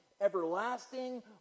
everlasting